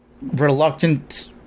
reluctant